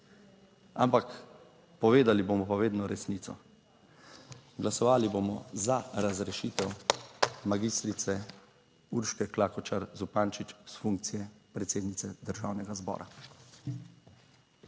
ampak povedali bomo pa vedno resnico. Glasovali bomo za razrešitev magistrice Urške Klakočar Zupančič s funkcije predsednice Državnega zbora.